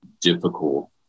difficult